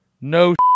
No